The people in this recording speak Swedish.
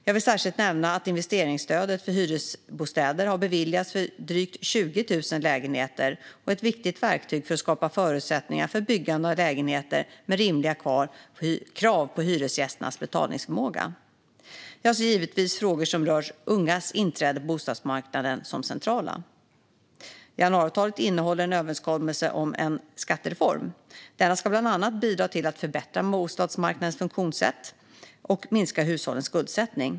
Jag vill särskilt nämna att investeringsstödet för hyresbostäder har beviljats för drygt 20 000 lägenheter och är ett viktigt verktyg för att skapa förutsättningar för byggande av lägenheter med rimliga krav på hyresgästernas betalningsförmåga. Jag ser givetvis frågor som rör ungas inträde på bostadsmarknaden som centrala. Januariavtalet innehåller en överenskommelse om en skattereform. Denna ska bland annat bidra till att förbättra bostadsmarknadens funktionssätt och minska hushållens skuldsättning.